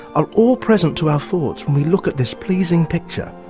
are all present to our thoughts when we look at this pleasing picture,